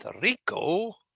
Rico